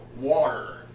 water